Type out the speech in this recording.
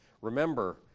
Remember